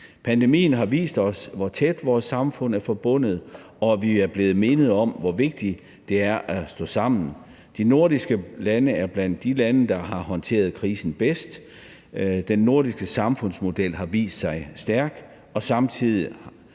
Pandemien har vist os, hvor tæt vores samfund er forbundet, og vi er blevet mindet om, hvor vigtigt det er at stå sammen. De nordiske lande er blandt de lande, der har håndteret krisen bedst. Den nordiske samfundsmodel har vist sig stærk, samtidig